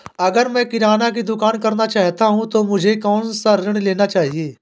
अगर मैं किराना की दुकान करना चाहता हूं तो मुझे कौनसा ऋण लेना चाहिए?